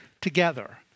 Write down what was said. together